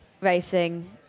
racing